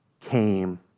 came